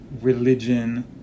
religion